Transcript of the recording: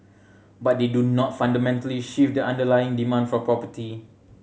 but they do not fundamentally shift the underlying demand for property